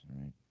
right